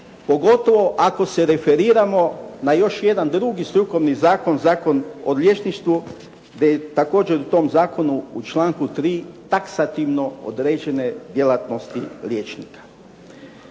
pogotovo ako se referiramo na još jedan drugi strukovni zakon, Zakon o liječništvu, gdje također u tom zakonu u članku 3. taksativno određene djelatnosti liječnika.